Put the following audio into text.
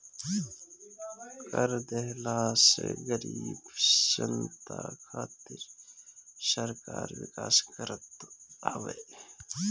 कर देहला से गरीब जनता खातिर सरकार विकास करत हवे